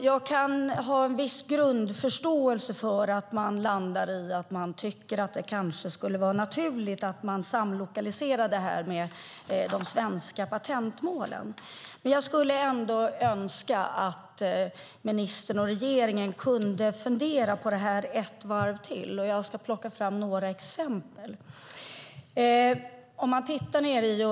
Jag kan ha en viss grundförståelse för att man landar i att det kanske skulle vara naturligt att man samlokaliserar detta med de svenska patentmålen. Men jag skulle ändå önska att ministern och regeringen kunde fundera på detta ett varv till, och jag ska plocka fram några exempel.